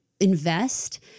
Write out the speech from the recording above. invest